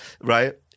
Right